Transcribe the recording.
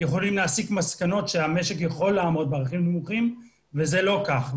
יכולים להסיק מסקנות שהמשק יכול לעמוד בערכים נמוכים וזה לא כך.